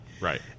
Right